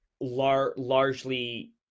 largely